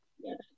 Yes